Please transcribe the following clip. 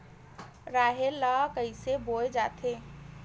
राहेर ल कइसे बोय जाथे?